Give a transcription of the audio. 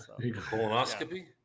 Colonoscopy